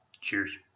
cheers